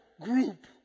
group